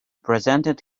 presented